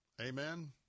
Amen